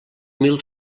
mil